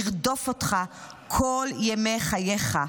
ירדוף אותך כל ימי חייך.